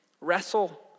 wrestle